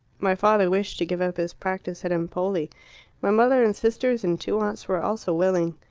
my father wished to give up his practice at empoli my mother and sisters and two aunts were also willing.